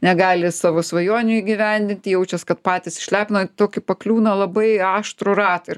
negali savo svajonių įgyvendinti jaučias kad patys išlepino į tokį pakliūna labai aštrų ratą ir